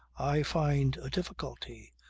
i find a difficulty,